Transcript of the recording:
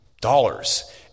dollars